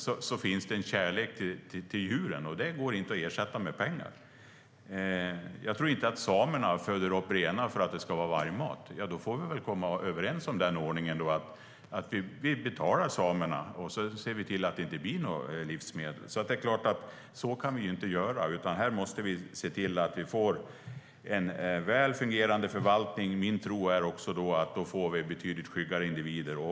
Det finns en kärlek till djuren, och den går inte att ersätta med pengar. Jag tror inte att samerna föder upp renar för att de ska bli vargmat. Då får vi väl komma överens om ordningen att vi betalar samerna och ser till att det inte blir något livsmedel. Det är klart att vi inte kan göra så, utan vi måste se till att vi får en väl fungerande förvaltning. Min tro är att vi då får betydligt skyggare individer.